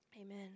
Amen